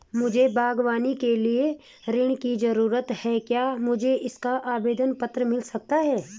मुझे बागवानी के लिए ऋण की ज़रूरत है क्या मुझे इसका आवेदन पत्र मिल सकता है?